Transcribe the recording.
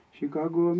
Chicago